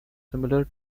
similar